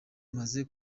maze